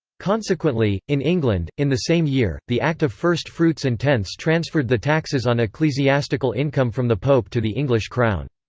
consequently, in england, in the same year, the act of first fruits and tenths transferred the taxes on ecclesiastical income from the pope to the english crown.